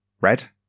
red